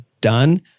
done